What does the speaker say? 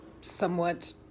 somewhat